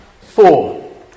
Four